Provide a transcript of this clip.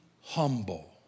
humble